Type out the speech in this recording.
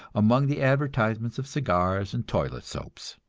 among the advertisements of cigars and toilet soaps.